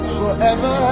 forever